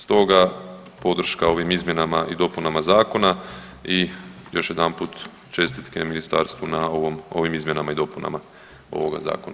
Stoga podrška ovim izmjenama i dopunama zakona i još jedanput čestitke Ministarstvu na ovim izmjenama i dopunama ovoga zakona.